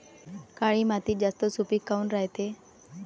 काळी माती जास्त सुपीक काऊन रायते?